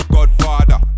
Godfather